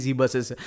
buses